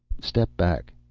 step back,